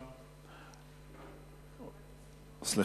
התרבות והספורט.